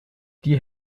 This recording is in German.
die